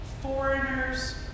foreigners